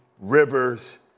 Rivers